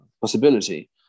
possibility